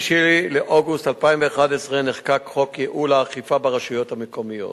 באוגוסט 2011 נחקק חוק ייעול האכיפה ברשויות המקומיות,